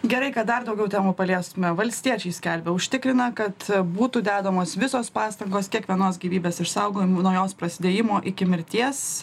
gerai kad dar daugiau temų paliestume valstiečiai skelbia užtikrina kad būtų dedamos visos pastangos kiekvienos gyvybės išsaugojimui nuo jos prasidėjimo iki mirties